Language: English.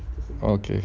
okay